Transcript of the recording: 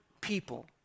people